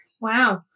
Wow